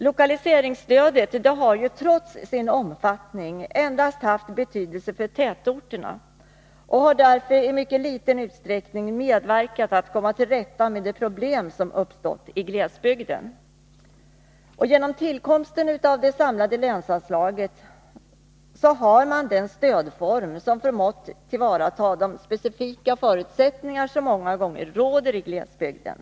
Lokaliseringsstödet har trots sin omfattning haft betydelse endast för tätorterna och har därför i mycket liten utsträckning medverkat till att rätta till de problem som uppstått i glesbygden. Tillkomsten av det samlade länsanslaget innebär att man har den stödform som förmått tillvarata de specifika förutsättningar som många gånger råder i glesbygden.